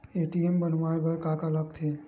ATM बनवाय बर का का लगथे?